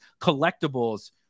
collectibles